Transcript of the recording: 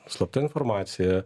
slapta informacija